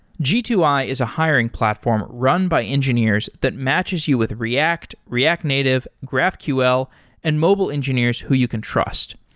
g two i is a hiring platform run by engineers that matches you with react, react native, graphql and mobile engineers who you can trust.